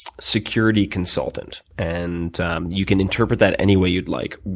security consultant. and you can interpret that any way you'd like.